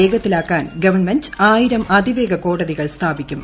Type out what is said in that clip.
വേഗത്തിലാക്കാൻ ഗവൺമെന്റ് ആയ്കിരം അതിവേഗ കോടതികൾ സ്ഥാപിക്കും